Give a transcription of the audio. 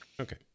okay